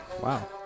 Wow